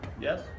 yes